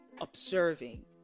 observing